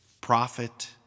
prophet